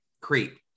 Creep